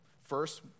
First